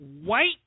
white